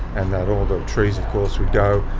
and that all the trees of course would go.